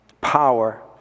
Power